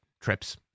Trips